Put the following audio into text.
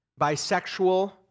bisexual